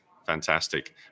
Fantastic